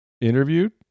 interviewed